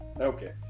Okay